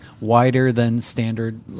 wider-than-standard